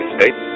State